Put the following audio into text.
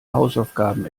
hausaufgaben